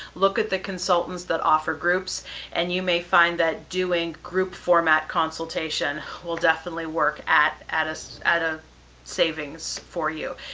look at the consultants that offer groups and you may find that doing group format consultation will definitely work at at so a savings for you.